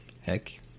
Heck